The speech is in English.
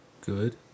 good